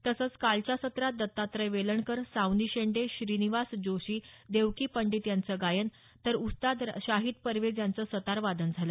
तसंच कालच्या सत्रात दत्तात्रय वेलणकर सावनी शेंडे श्रीनिवास जोशी देवकी पंडित यांचं गायन तर उस्ताद शाहीद परवेझ यांचं सतारवादन झालं